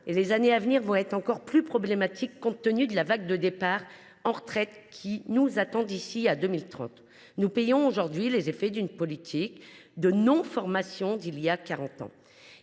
et les années à venir seront encore plus problématiques compte tenu de la vague de départs à la retraite qui nous attend d’ici à 2030. Nous payons aujourd’hui les effets de la politique de non formation d’il y a quarante